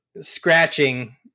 scratching